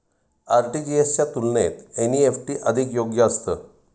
RTGS च्या तुलनेत NEFT अधिक योग्य असतं